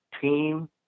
team